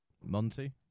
Monty